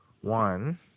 one